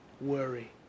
worry